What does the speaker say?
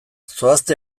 zoazte